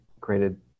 created